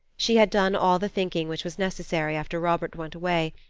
she had done all the thinking which was necessary after robert went away,